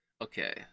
Okay